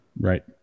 Right